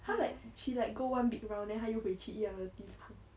她 like she like go one big round then 她又回去一样的地方